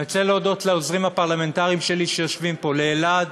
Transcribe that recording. אני רוצה להודות לעוזרים הפרלמנטריים שלי שיושבים פה: לאלעד,